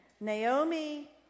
Naomi